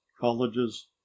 colleges